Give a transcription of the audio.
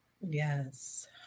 yes